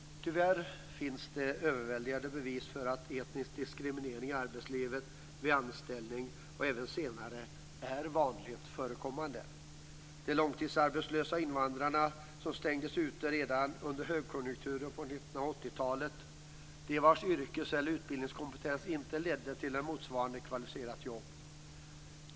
Tyvärr är bevisen överväldigande för att etnisk diskriminering i arbetslivet vid anställning och även senare är vanligt förekommande, t.ex. av de långtidsarbetslösa invandrare som stängdes ute redan under högkonjunkturen på 1980-talet, de vars yrkes och utbildningskompetens inte ledde till ett motsvarande kvalificerat jobb.